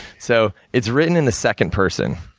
so, it's written in the second person,